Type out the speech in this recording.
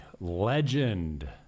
legend